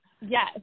Yes